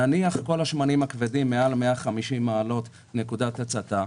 נניח כל השמנים הכבדים מעל 150 מעלות נקודת הצתה,